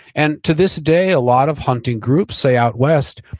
and to this day, a lot of hunting groups say out west,